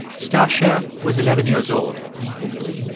stacya was eleven years old so he was